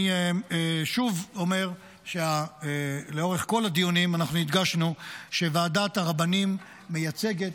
אני שוב אומר שלאורך כל הדיונים אנחנו הדגשנו שוועדת הרבנים מייצגת,